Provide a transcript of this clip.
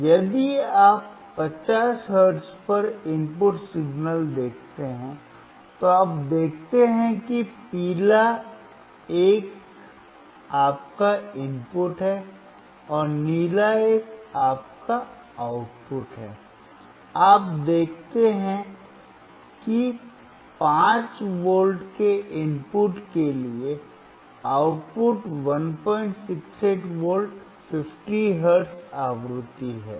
तो यदि आप 50 हर्ट्ज पर इनपुट सिग्नल देखते हैं तो आप देखते हैं कि पीला एक आपका इनपुट है और नीला एक आपका आउटपुट है आप देखते हैं कि 5 V के इनपुट के लिए आउटपुट 168 V 50 हर्ट्ज आवृत्ति है